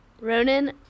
Ronan